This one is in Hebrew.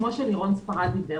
כמו שלירון ספרד אמר,